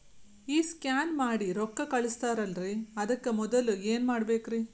ಈ ಸ್ಕ್ಯಾನ್ ಮಾಡಿ ರೊಕ್ಕ ಕಳಸ್ತಾರಲ್ರಿ ಅದಕ್ಕೆ ಮೊದಲ ಏನ್ ಮಾಡ್ಬೇಕ್ರಿ?